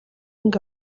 ngo